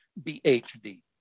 BHD